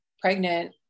pregnant